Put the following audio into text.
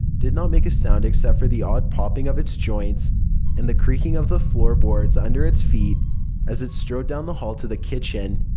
did not make a sound except for the odd popping of its joints and the creaking of the floorboards under its feet as it strode down the hall to the kitchen.